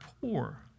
poor